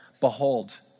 behold